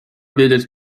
wiedzieć